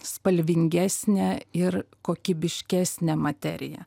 spalvingesnę ir kokybiškesnę materiją